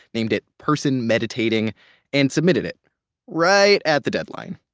named it person meditating and submitted it right at the deadline.